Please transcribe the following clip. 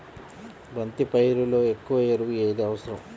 బంతి పైరులో ఎక్కువ ఎరువు ఏది అవసరం?